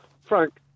Frank